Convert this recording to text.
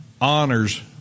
honors